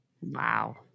wow